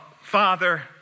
Father